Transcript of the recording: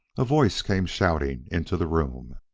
a voice came shouting into the room